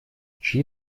чьи